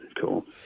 cool